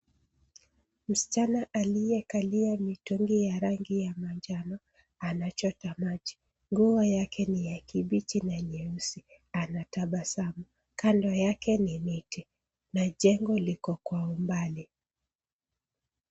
Msichana aliyekalia mitungi ya rangi ya manjano anachota maji. Nguo yake ni ya kibichi na nyeusi. Anatabasamu, kando yake ni miti na jengo liko kwa umbali.